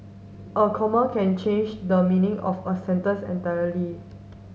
a comma can change the meaning of a sentence entirely